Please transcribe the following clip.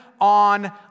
on